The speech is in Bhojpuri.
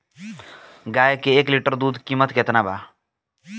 गाय के एक लीटर दूध कीमत केतना बा?